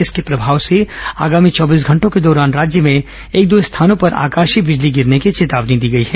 इसके प्रभाव से आगामी चौबीस घंटों के दौरान राज्य में एक दो स्थानों पर आकाशीय बिजली गिरने की चेतावनी दी गई है